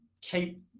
keep